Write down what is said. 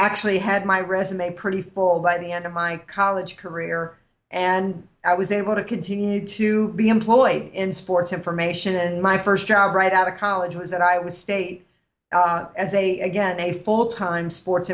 actually had my resume pretty full by the end of my college career and i i was able to continue to be employed in sports information and my first job right out of college was that i was state as a again a full time sports